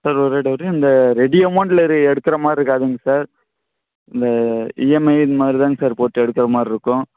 sir ஒரே ஒரு doubt இந்த ரெடி அமௌண்ட்டில் இது எடுக்கிற மாதிரி இருக்காதுங்க சார் இந்த இஎம்ஐ இதுமாரிதாங்க ர் போட்டு எடுக்குற மாதிரி இருக்கும்